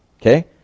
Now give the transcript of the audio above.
okay